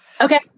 Okay